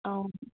অঁ